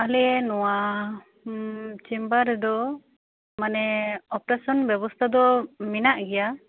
ᱟᱞᱮ ᱱᱚᱣᱟ ᱪᱮᱢᱵᱟᱮᱨ ᱨᱮᱫᱚ ᱢᱟᱱᱮ ᱳᱯᱟᱨᱮᱥᱚᱱ ᱵᱮᱵᱚᱥᱛᱷᱟ ᱫᱚ ᱢᱮᱱᱟᱜ ᱜᱮᱭᱟ